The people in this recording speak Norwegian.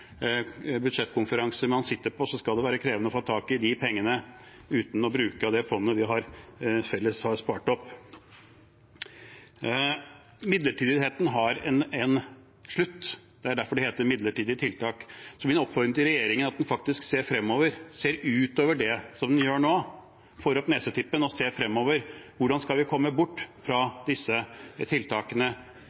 budsjettkonferanser man sitter i, så skal det være krevende å få tak i de pengene uten å bruke av det felles fondet vi har spart opp. Midlertidigheten har en slutt. Det er derfor det heter «midlertidige tiltak». Så min oppfordring til regjeringen er at den faktisk ser fremover, ser ut over det som den gjør nå, får opp nesetippen og ser fremover: Hvordan skal vi komme bort fra disse tiltakene